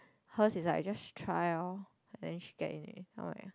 hers is like just try lor then she get in already then I'm like